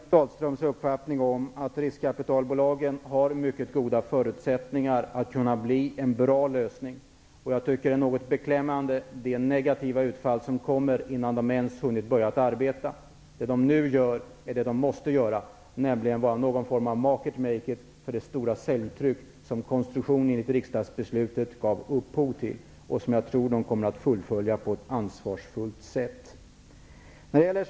Herr talman! Jag delar Bengt Dalströms uppfattning, nämligen att riskkapitalbolagen har mycket goda förutsättningar att bli en bra lösning. Men jag tycker att det negativa utfallet är något beklämmande. Det kommer ju innan man ens hunnit börja arbeta. Det som man nu gör är vad man måste göra -- vara någon form av ''the market makes it'' när det gäller det stora säljtryck som konstruktionen enligt riksdagsbeslutet gav upphov till. Jag tror att man kommer att fullfölja detta på ett ansvarsfullt sätt.